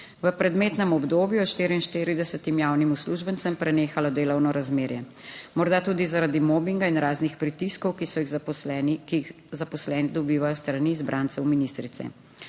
V predmetnem obdobju je 44 javnim uslužbencem prenehalo delovno razmerje, morda tudi zaradi mobinga in raznih pritiskov, ki so jih zaposleni, ki jih zaposleni dobivajo s strani izbrancev ministrice.